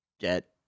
get